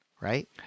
right